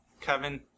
Kevin